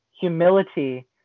humility